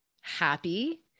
happy